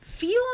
feel